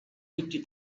fifty